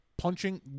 punching